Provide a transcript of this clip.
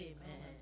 Amen